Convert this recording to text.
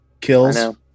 kills